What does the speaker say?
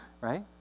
right